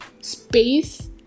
space